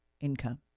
income